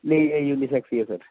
ਨਹੀਂ ਨਹੀਂ ਯੂਨੀਸੈਕ ਹੀ ਹੈ ਸਰ